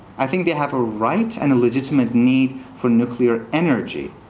i think they have a right and a legitimate need for nuclear energy.